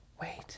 Wait